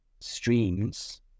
streams